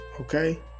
Okay